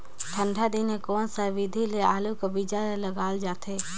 ठंडा दिने कोन सा विधि ले आलू कर बीजा ल लगाल जाथे?